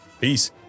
Peace